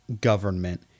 government